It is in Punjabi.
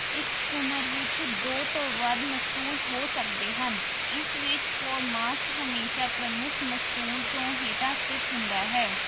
ਇੱਕ ਸਕੂਨਰ ਵਿੱਚ ਦੋ ਤੋਂ ਵੱਧ ਮਸਤੂਲ ਹੋ ਸਕਦੇ ਹਨ ਇਸ ਵਿੱਚ ਫੋਰਮਾਸਟ ਹਮੇਸ਼ਾ ਪ੍ਰਮੁੱਖ ਮਸਤੂਲ ਤੋਂ ਹੇਠਾਂ ਸਥਿਤ ਹੁੰਦਾ ਹੈ